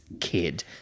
kid